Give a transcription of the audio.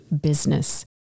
business